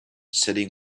sitting